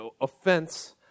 offense